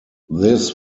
this